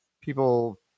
people